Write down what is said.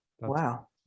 Wow